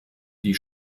die